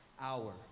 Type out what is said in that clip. hour